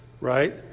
right